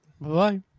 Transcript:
Bye-bye